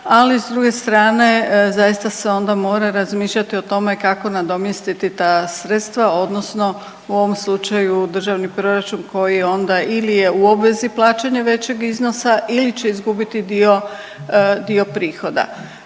ali s druge strane zaista se onda mora razmišljati o tome kako nadomjestiti ta sredstva odnosno u ovom slučaju Državni proračun koji onda ili je u obvezi plaćanja većeg iznosa ili će izgubiti dio, dio prihoda.